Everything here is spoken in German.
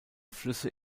flüsse